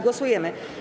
Głosujemy.